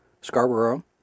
Scarborough